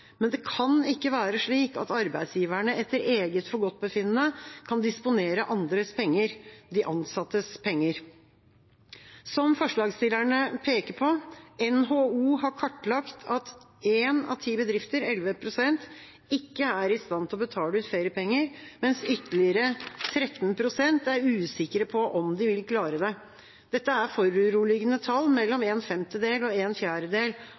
Men det kan ikke være slik at arbeidsgiverne etter eget forgodtbefinnende kan disponere andres penger, de ansattes penger. Som forslagsstillerne peker på, har NHO kartlagt at én av ti bedrifter, 11 pst, ikke er i stand til å betale ut feriepenger, mens ytterligere 13 pst. er usikre på om de vil klare det. Dette er foruroligende tall – mellom en femtedel og en fjerdedel